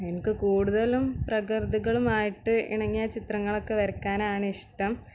എനിക്ക് കൂടുതലും പ്രകൃതികളുമായിട്ട് ഇണങ്ങിയ ചിത്രങ്ങളൊക്കെ വരയ്ക്കാനാണ് ഇഷ്ടം